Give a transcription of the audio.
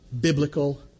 Biblical